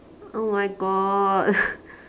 oh my god